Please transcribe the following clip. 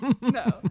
No